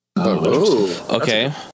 Okay